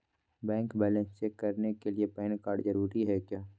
Bank balance check करने के लिए पैन कार्ड जरूरी है क्या?